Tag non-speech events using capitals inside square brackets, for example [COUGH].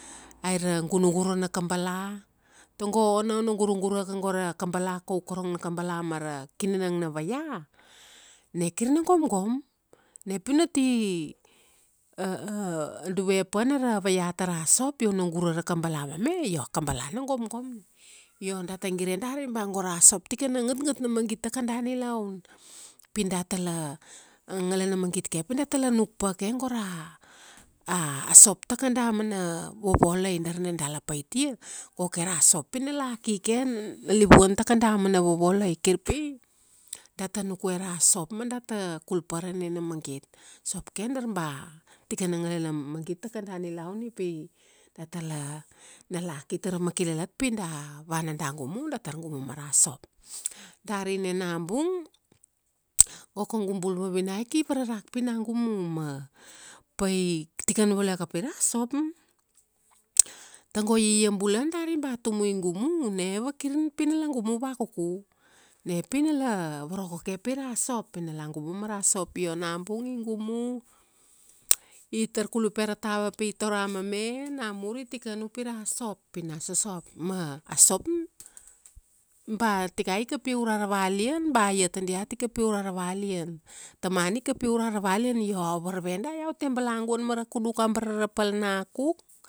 aria gunugura na kabala, tago ona u guragura ka go ra kabala kau korong na kabala ma ra kinanang na vaia, na kir na gomgom. Na piu na ti, [HESITATION] aduve pa na ra vaia tara sop io una gura ra kabala mame, io a kabala na gomgom na. Io data gire dari ba go ra sop tikana ngatngat na magit ta kada nilaun. Pi datala, a ngalana magit ke pi data la nuk pa ke go ra [HESITATION] a sop ta kada mana vovoloi darna da la paitia, go ke ra sop pi na la ki ke nalivuan takada mana vovoloi. Kir pi, data nukue ra sop ma data kul pa ra enena magit. Sop ke darba, tikana ngalana magait ta kada nilaun ni pi, datala na la ki tara makilalat pi da, vana da gumu, datar gumu mara sop. Dari na nabung, go kaugu bul vavinaik i vararak pina gumu, ma pai, tikanvalue kapi ra sop. Tago iaiai bula dari ba tumu i gumu, na vakir pi na la gumu vakuku. Na pi nala, voroko ke pira sop. Pi nala gumu mara sop. Io nabung i gumu, itar kulupe ra tava pi i tora mame, namur i tikan upi ra sop pi na sosop. Ma a sop, ba tikai kap ia ura ra valian, ba ia tadiat i kapia ura ra valian. Tamana i kapia ura ra valian. Io iau varve da iau te balaguan mara kunuk a bara ra pal na kuk,